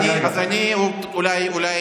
עבר חודש ימים.